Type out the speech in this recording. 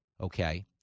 okay